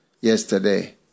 yesterday